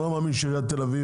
אני לא מאמין שעיריית תל אביב,